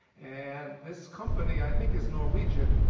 and this company i think is norwegian.